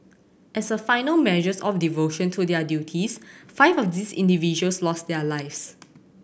as a final measures of devotion to their duties five of these individuals lost their lives